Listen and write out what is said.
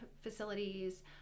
facilities